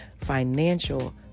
financial